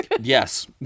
Yes